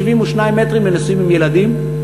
72 מ"ר לנשואים עם ילדים.